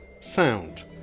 sound